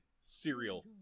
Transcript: cereal